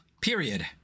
period